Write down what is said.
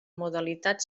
modalitat